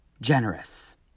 generous